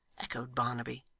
echoed barnaby,